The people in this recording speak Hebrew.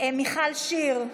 מיכל שיר,